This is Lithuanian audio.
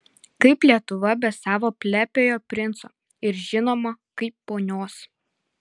kaip lietuva be savo plepiojo princo ir žinoma kaip ponios